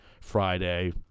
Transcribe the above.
Friday